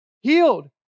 healed